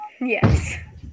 Yes